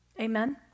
amen